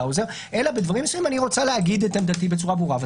אלא להגיד את עמדתה בצורה ברורה בדברים מסוימים.